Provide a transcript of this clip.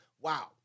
wow